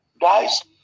guys